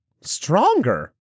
stronger